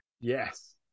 yes